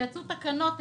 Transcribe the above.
שיצאו אז תקנות.